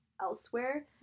elsewhere